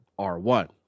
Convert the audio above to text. R1